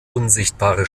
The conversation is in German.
unsichtbare